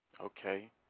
Okay